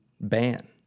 ban